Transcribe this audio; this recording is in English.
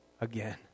again